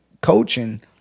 coaching